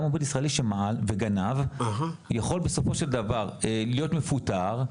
גם עובד ישראלי שמעל וגנב יכול בסופו של דבר להיות מפוטר,